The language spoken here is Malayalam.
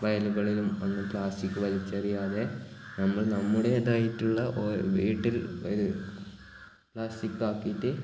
വയലുകളിലും ഒന്നും പ്ലാസ്റ്റിക് വലിച്ചെറിയാതെ നമ്മൾ നമ്മുടേതായിട്ടുള്ള ഓ വീട്ടിൽ ഒരു പ്ലാസ്റ്റിക് ആക്കിയിട്ട്